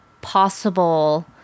possible